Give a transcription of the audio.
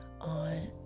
on